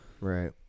Right